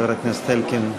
חבר הכנסת אלקין,